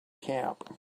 camp